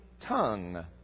tongue